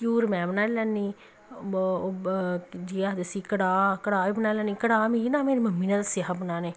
घ्यूर में बनाई लैन्नी जिसी आखदे कड़ाह् में बनाई लैन्नी कड़ाह् मिगी न मेरी मम्मी नै दस्सेआ हा बनाने गी